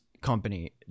company